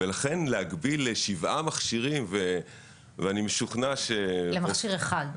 לכן, להגביל לשבעה מכשירים --- למכשיר אחד.